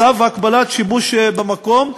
צו הגבלת שימוש במקום.